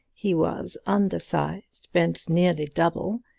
he was undersized, bent nearly double,